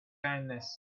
kindness